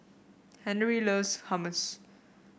Henery loves Hummus